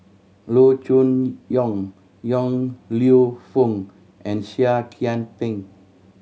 Loo Choon Yong Yong Lew Foong and Seah Kian Peng